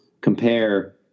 compare